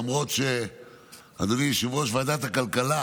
למרות שאדוני יושב-ראש ועדת הכלכלה,